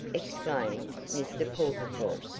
exclaimed mr. portlethorpe.